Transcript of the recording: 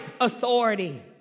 authority